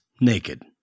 Naked